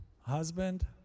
Husband